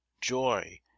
joy